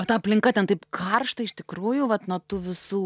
o ta aplinka ten taip karšta iš tikrųjų vat nuo tų visų